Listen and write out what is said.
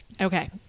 Okay